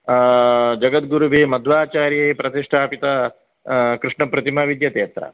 जगद्गुरुभिः मद्वाचार्यैः प्रतिष्ठापित कृष्णप्रतिमा विद्यते अत्र